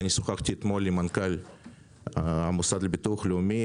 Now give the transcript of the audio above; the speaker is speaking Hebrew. אני שוחחתי אתמול עם מנכ"ל המוסד לביטוח לאומי